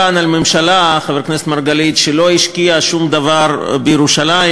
דיברת כאן על הממשלה שלא השקיעה שום דבר בירושלים,